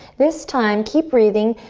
this time keep breathing.